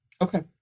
Okay